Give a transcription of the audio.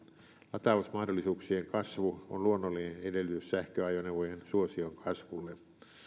latausmahdollisuuksien kasvu on luonnollinen edellytys sähköajoneuvojen suosion kasvulle